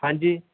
ਹਾਂਜੀ